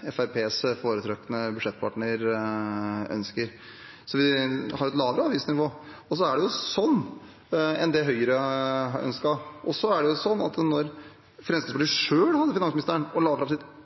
Fremskrittspartiets foretrukne budsjettpartner, ønsker. Så vi har et lavere avgiftsnivå enn det Høyre ønsker. Og